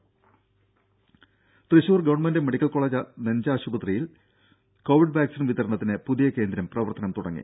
ദേദ Thrissur government medical college നെഞ്ചാശുപത്രിയിൽ Covid vaccine വിതരണത്തിന് പുതിയ കേന്ദ്രം പ്രവർത്തനം തുടങ്ങി